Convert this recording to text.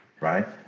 right